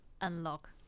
unlock